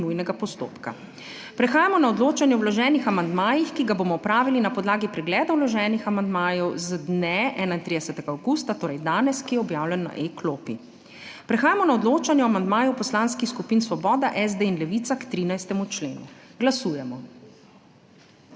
nujnega postopka. Prehajamo na odločanje o vloženih amandmajih, ki ga bomo opravili na podlagi pregleda vloženih amandmajev z dne 31. avgusta, torej danes, ki je objavljen na E-klopi. Prehajamo na odločanje o amandmaju Poslanskih skupin Svoboda, SD in Levica k 13. členu. Glasujemo.